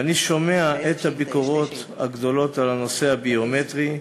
ואני שומע את הביקורות הגדולות בנושא הביומטרי,